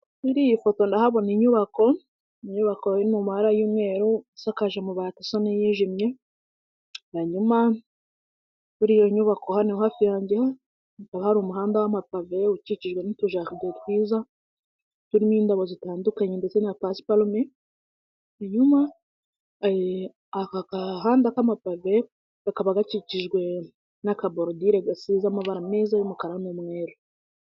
Muri iyi fotora ndahabona inyubako, inyubako iri mu mabara y'umweru isakaje amabati asa n'ayijimye, hanyuma muri iyo nyubako hano hafi yanjye hakaba hari umuhanda w'amapave ukikijwe n'utu jaride twiza turimo indabo zitandukanye ndetse na pasiparume, hanyuma aka kagahanda k'amapave kakaba gakikijwe n'akaborodire gasize amabara meza y'umukara n'umweru.